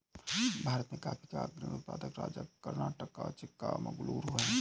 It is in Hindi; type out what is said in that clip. भारत में कॉफी का अग्रणी उत्पादक राज्य कर्नाटक का चिक्कामगलूरू है